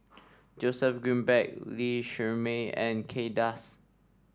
Joseph Grimberg Lee Shermay and Kay Das